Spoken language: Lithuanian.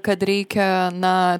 kad reikia na